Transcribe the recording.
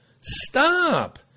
stop